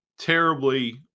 terribly